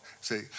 see